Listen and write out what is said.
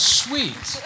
sweet